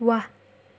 वाह